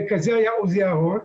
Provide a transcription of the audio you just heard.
וכזה היה עוזי אהרון,